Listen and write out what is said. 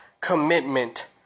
commitment